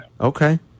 Okay